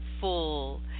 full